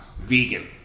vegan